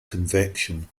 convection